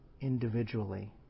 individually